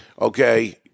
okay